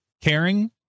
caring